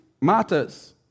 matters